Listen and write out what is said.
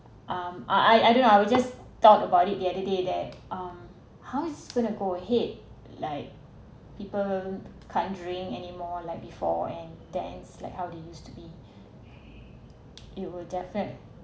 um I I I don't know I will just talked about it the other day that um how it's going to go ahead like people can't drink anymore like before and dance like how they used to be it will definite~